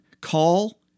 call